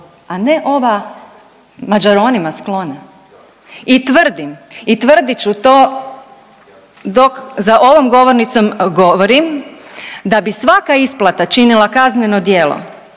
a ne ova mađaronima sklona. I tvrdim i tvrdit ću to dok za ovom govornicom govorim da bi svaka isplata činila kazneno djelo